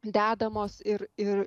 dedamos ir ir